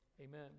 amen